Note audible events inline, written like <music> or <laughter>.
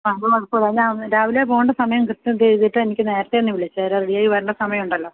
ആ അത് കുഴപ്പമില്ല <unintelligible> രാവിലെ പോവണ്ട സമയം കൃത്യം ചെയ്തിട്ട് എനിക്ക് നേരത്തെ തന്നെ വിളിച്ചേരേ റെഡിയായി വരേണ്ട സമയമുണ്ടല്ലോ